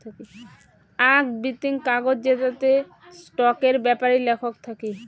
আক বিতিং কাগজ জেতাতে স্টকের বেপারি লেখক থাকি